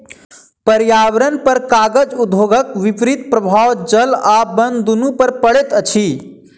पर्यावरणपर कागज उद्योगक विपरीत प्रभाव जल आ बन दुनू पर पड़ैत अछि